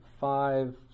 five